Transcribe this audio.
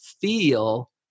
feel